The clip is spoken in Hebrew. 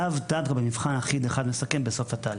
לאו דווקא במבחן יחיד אחד מסכם בסוף התהליך,